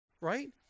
Right